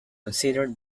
considered